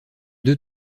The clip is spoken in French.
deux